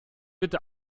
bitte